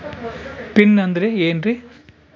Pin ಅಂದ್ರೆ ಏನ್ರಿ?